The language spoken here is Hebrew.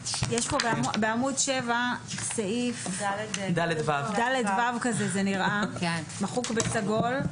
בעמוד 7, סעיף (דו) מחוק בסגול.